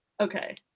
Okay